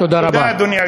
תודה רבה.